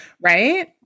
Right